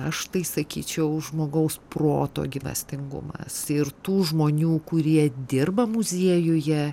aš tai sakyčiau žmogaus proto gyvastingumas ir tų žmonių kurie dirba muziejuje